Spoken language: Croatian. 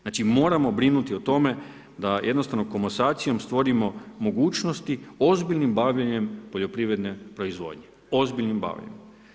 Znači moramo brinuti o tome da jednostavno komasacijom stvorimo mogućnosti ozbiljnim bavljenjem poljoprivredne proizvodnje, ozbiljnim bavljenjem.